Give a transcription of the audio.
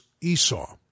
Esau